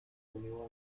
unió